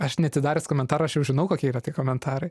aš neatidarius komentarų aš jau žinau kokie yra tie komentarai